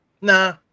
Nah